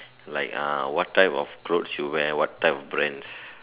like ah what type of clothes you wear what type of brands